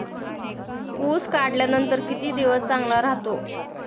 ऊस काढल्यानंतर किती दिवस चांगला राहतो?